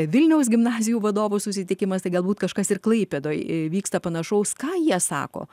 vilniaus gimnazijų vadovų susitikimas tai galbūt kažkas ir klaipėdoj vyksta panašaus ką jie sako